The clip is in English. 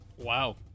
Wow